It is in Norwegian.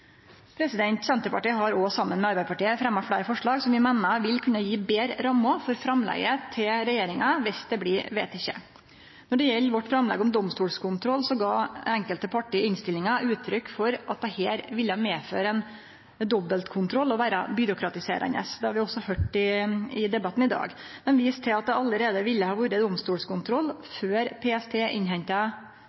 Senterpartiet har òg, saman med Arbeidarpartiet, fremja fleire forslag som vi meiner vil kunne gje betre rammer for framlegget til regjeringa dersom dei blir vedtekne. Når det gjeld vårt framlegg om domstolskontroll, gav enkelte parti i innstillinga uttrykk for at dette ville medføre ein dobbeltkontroll og vere byråkratiserande. Det har vi også høyrt i debatten i dag. Dei viste til at det allereie ville ha vore domstolskontroll før PST innhenta